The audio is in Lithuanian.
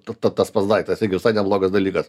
ta tas pats daiktas visai neblogas dalykas